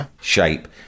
shape